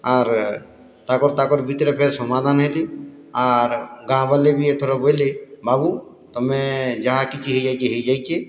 ଆର୍ ତାକର୍ ତାକର୍ ଭିତ୍ରେ ଫେର୍ ସମାଧାନ୍ ହେଲେ ଆର୍ ଗାଁବାଲେ ବି ଏଥର ବଏଲେ ବାବୁ ତମେ ଯାହା କିଛି ହେଇଯାଇଛେ ହେଇଯାଇଛେ